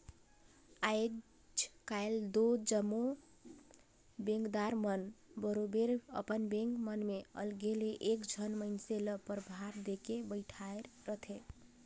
आएज काएल दो जम्मो बेंकदार मन बरोबेर अपन बेंक मन में अलगे ले एक झन मइनसे ल परभार देके बइठाएर रहथे